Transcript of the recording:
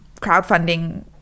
crowdfunding